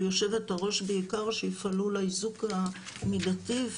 יושבת-הראש בעיקר שיפעלו לאיזוק המידתי.